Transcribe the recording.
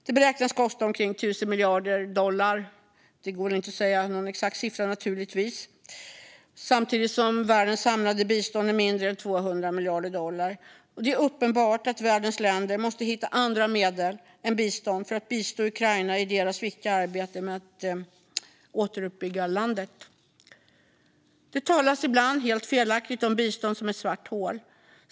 Det beräknas kosta omkring 1 000 miljarder dollar - det går naturligtvis inte att säga någon exakt siffra - samtidigt som världens samlade bistånd är mindre än 200 miljarder dollar. Det är uppenbart att världens länder måste hitta andra medel än bistånd för att bistå Ukraina i det viktiga arbetet med att återuppbygga landet. Det talas ibland, helt felaktigt, om bistånd som ett svart hål.